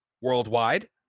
worldwide